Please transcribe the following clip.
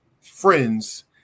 Friends